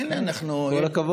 על המצב הכלכלי.